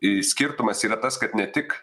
skirtumas yra tas kad ne tik